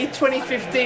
2015